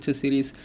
series